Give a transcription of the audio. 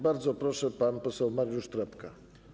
Bardzo proszę, pan poseł Mariusz Trepka.